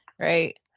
right